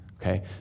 okay